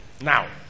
now